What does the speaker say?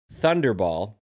Thunderball